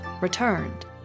returned